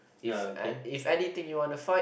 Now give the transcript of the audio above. if an~ if anything you want to fight